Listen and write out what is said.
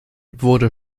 wurde